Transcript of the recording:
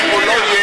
אם יהיה או לא יהיה,